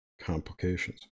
complications